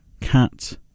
cat